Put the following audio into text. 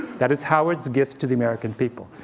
that is howard's gift to the american people.